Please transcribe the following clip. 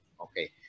okay